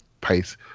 pace